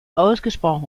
ausgesprochen